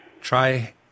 Try